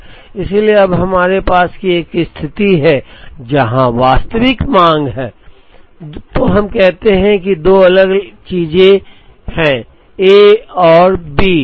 इसलिए जब हमारे पास एक स्थिति है जहां वास्तविक मांग है तो हम कहते हैं कि दो अलग अलग चीजें हैं ए और बी